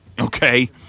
okay